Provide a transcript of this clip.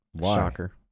Shocker